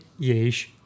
Yeesh